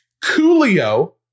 Coolio